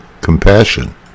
compassion